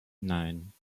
nein